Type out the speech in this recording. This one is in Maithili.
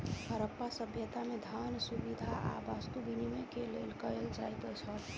हरप्पा सभ्यता में, धान, सुविधा आ वस्तु विनिमय के लेल कयल जाइत छल